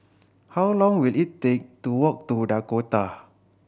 how long will it take to walk to Dakota